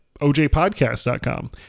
ojpodcast.com